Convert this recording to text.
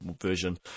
version